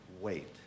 wait